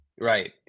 Right